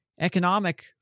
economic